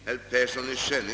Herr talman!